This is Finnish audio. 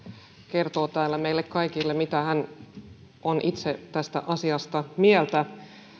kertoo täällä meille kaikille mitä hän itse on tästä asiasta mieltä